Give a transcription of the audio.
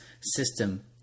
system